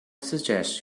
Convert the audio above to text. suggest